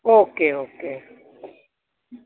okay okay